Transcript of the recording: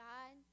God